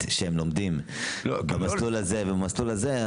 שהם לומדים במסלול הזה ובמסלול הזה,